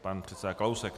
Pan předseda Kalousek.